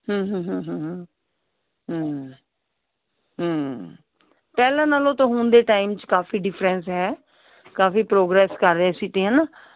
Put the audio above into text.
ਪਹਿਲਾਂ ਨਾਲੋਂ ਤਾਂ ਹੁਣ ਦੇ ਟਾਈਮ 'ਚ ਕਾਫੀ ਡਿਫਰੈਂਸ ਹੈ ਕਾਫੀ ਪ੍ਰੋਗਰੈਸ ਕਰ ਰਹੀ ਸਿਟੀ ਹੈ ਨਾ